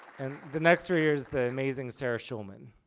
and the next reader is the amazing sarah schulman.